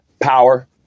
power